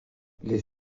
les